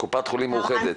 מקופת חולים מאוחדת.